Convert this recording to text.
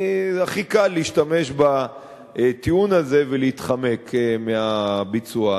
כי הכי קל להשתמש בטיעון הזה ולהתחמק מהביצוע.